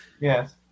yes